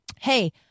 Hey